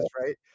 right